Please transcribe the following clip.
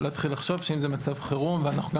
להתחיל לחשוב שאם זה מצב חירום ואנחנו גם